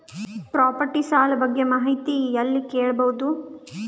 Property ಸಾಲ ಬಗ್ಗೆ ಮಾಹಿತಿ ಎಲ್ಲ ಕೇಳಬಹುದು?